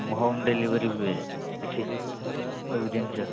home delivery ହୁଏ ଏଇଠି ସବୁ ଜିନିଷ